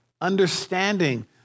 understanding